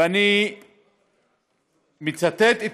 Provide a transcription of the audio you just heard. ואני מצטט את